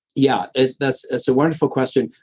yeah, that's that's a wonderful question.